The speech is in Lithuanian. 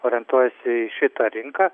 orientuojasi į šitą rinką